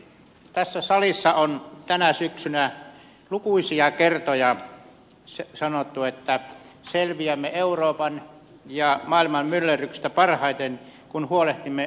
tässä salissa on tänä syksynä lukuisia kertoja sanottu että selviämme euroopan ja maailman myllerryksestä parhaiten kun huolehdimme omista asioistamme